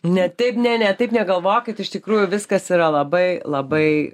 ne taip ne ne taip negalvokit iš tikrųjų viskas yra labai labai